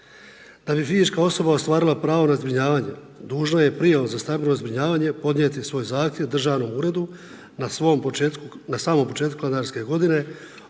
Da bi fizička osoba ostvarila pravo na zbrinjavanje dužna je prijavu za stambeno zbrinjavanje podnijeti svoj zahtjev Državnom uredu na svom početku, na samom